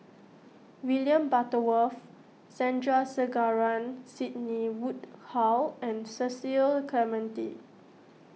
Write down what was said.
William Butterworth Sandrasegaran Sidney Woodhull and Cecil Clementi